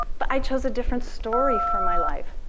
but i chose a different story for my life.